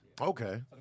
Okay